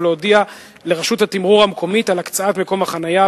להודיע לרשות התימרור המקומית על הקצאת מקום החנייה,